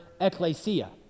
ecclesia